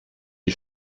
die